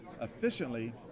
efficiently